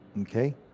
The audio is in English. Okay